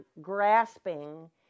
grasping